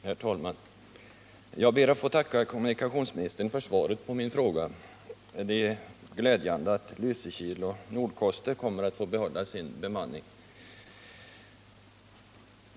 Herr talman! Jag ber att få tacka kommunikationsministern för svaret på min fråga. Det är glädjande att Lysekils och Nordkosters lotsplatser kommer att få behålla sin bemanning.